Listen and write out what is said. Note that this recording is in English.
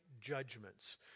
judgments